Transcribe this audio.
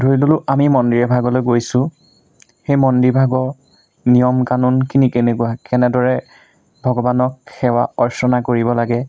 ধৰি ল'লোঁ আমি মন্দিৰ এভাগলৈ গৈছোঁ সেই মন্দিৰভাগৰ নিয়ম কানুনখিনি কেনেকুৱা কেনেদৰে ভগৱানক সেৱা অৰ্চনা কৰিব লাগে